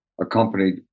accompanied